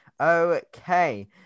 Okay